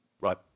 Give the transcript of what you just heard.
Right